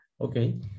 Okay